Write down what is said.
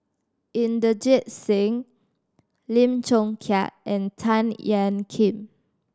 Inderjit Singh Lim Chong Keat and Tan Ean Kiam